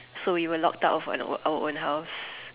so we were locked out of our our own house